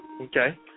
Okay